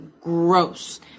gross